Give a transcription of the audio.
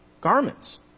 garments